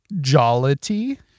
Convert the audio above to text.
jollity